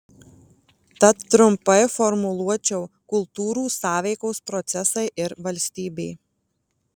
tad trumpai formuluočiau kultūrų sąveikos procesai ir valstybė